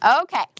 Okay